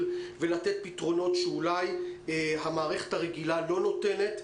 ולתת פתרונות שאולי המערכת הרגילה לא נותנת.